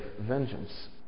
vengeance